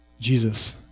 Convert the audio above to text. Jesus